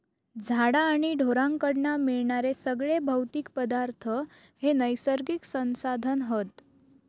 झाडा आणि ढोरांकडना मिळणारे सगळे भौतिक पदार्थ हे नैसर्गिक संसाधन हत